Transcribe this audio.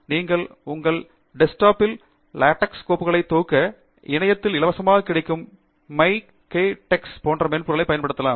நீங்கள் உங்கள் டெஸ்க்டாப்பில் லெடெக்ஸ் கோப்புகளை தொகுக்க இணையத்தில் இலவசமாக கிடைக்கும் மிக்டெக்ஸ் போன்ற மென்பொருளைப் பயன்படுத்தலாம்